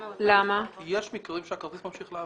כי יש מקרים שהכרטיס ממשיך לעבוד.